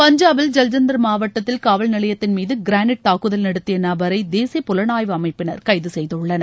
பஞ்சாபில் ஜலந்தர் மாவட்டத்தில் காவல்நிலையத்தின்மீது கிரானைட் தாக்குதல் நடத்திய நபரை தேசிய புலனாய்வு அமைப்பினர் கைது செய்துள்ளனர்